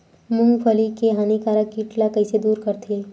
मूंगफली के हानिकारक कीट ला कइसे दूर करथे?